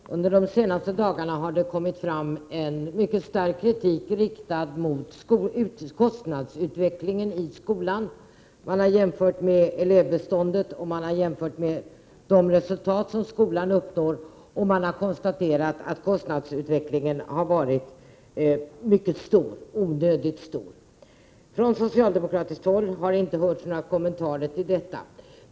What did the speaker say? Herr talman! Under de senaste dagarna har det kommit fram en mycket stark kritik mot kostnadsutvecklingen i skolan. Man har jämfört kostnaderna med elevbeståndet och med de resultat som skolan uppnår och konstaterat att kostnadsökningen har varit onödigt stor. Från socialdemokratiskt håll har det inte hörts några kommentarer till detta.